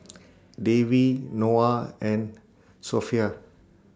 Dewi Noah and Sofea